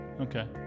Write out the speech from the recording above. okay